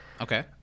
Okay